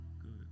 good